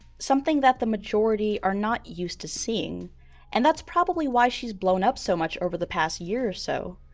something that the majority are not used to seeing and that's probably why she's blown up so much over the past year or so.